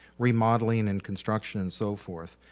remodeling and construction and so forth.